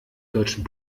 deutschen